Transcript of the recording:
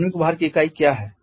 आणविक भार की इकाई क्या है